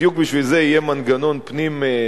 בדיוק בשביל זה יהיה מנגנון פנים-מפעלי,